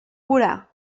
vorà